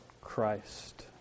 Christ